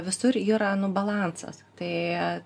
visur yra nu balansas tai